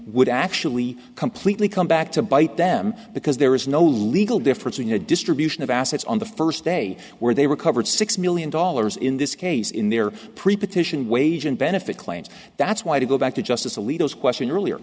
would actually completely come back to bite them because there is no legal difference in your distribution of assets on the first day where they recovered six million dollars in this case in their preposition wage and benefit claims that's why to go back to justice alito is question earlier